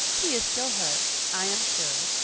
he is still hurt, i am sure,